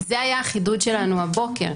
זה היה החידוד שלנו הבוקר.